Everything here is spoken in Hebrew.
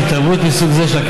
מיכל רוזין, מוותרת.